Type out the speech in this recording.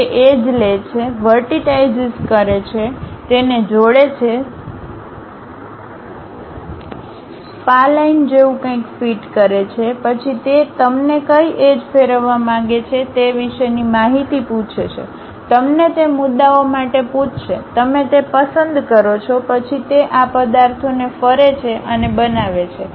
તે એજ લે છે વર્ટિટાઈશીસ કરે છે તેને જોડે છે સપાલાઈન જેવું કંઈક ફિટ કરે છે પછી તે તમને કઈ એજ ફેરવવા માંગે છે તે વિશેની માહિતી પૂછે છે તમને તે મુદ્દાઓ માટે પૂછશે તમે તે પસંદ કરો છો પછી તે આ પદાર્થોને ફરે છે અને બનાવે છે